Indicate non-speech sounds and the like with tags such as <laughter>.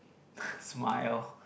<laughs> smile